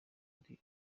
ari